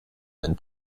and